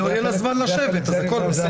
לא יהיה לה זמן לשבת אז הכל בסדר.